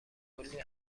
کلی